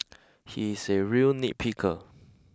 he is a real nitpicker